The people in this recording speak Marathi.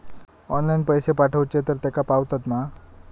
ऑनलाइन पैसे पाठवचे तर तेका पावतत मा?